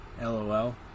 LOL